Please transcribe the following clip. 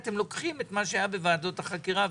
אתם לוקחים את מה שהיה בוועדות החקירה,